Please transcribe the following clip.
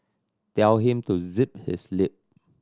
tell him to zip his lip